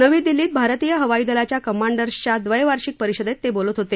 नवी दिल्लीत भारतीय हवाई दलाच्या कमांडर्सच्या द्वस्तिर्षिक परिषदेत ते बोलत होते